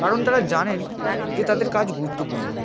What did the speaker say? কারণ তারা জানেন যে তাদের কাজ গুরুত্বপূর্ণ